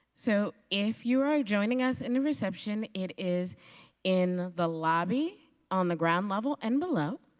so, if you are joining us in the reception, it is in the lobby on the ground level and below.